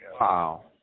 Wow